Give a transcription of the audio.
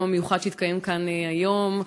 היום המיוחד שהתקיים כאן היום.